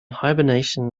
hibernation